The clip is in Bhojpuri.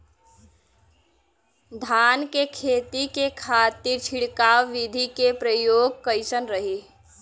धान के खेती के खातीर छिड़काव विधी के प्रयोग कइसन रही?